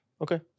Okay